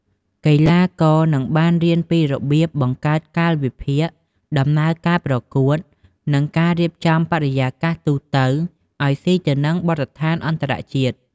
កីឡាករនឹងបានរៀនពីរបៀបបង្កើតកាលវិភាគ ដំណើរការប្រកួត និងការរៀបចំបរិយាកាសទូទៅឲ្យស៊ីទៅនឹងបទដ្ឋានអន្តរជាតិ។